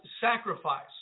sacrifice